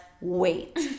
wait